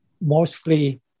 mostly